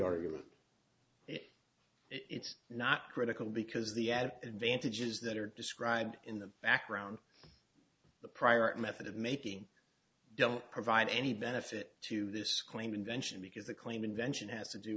argument it's not critical because the advantages that are described in the background the prior method of making don't provide any benefit to this claim invention because the claim invention has to do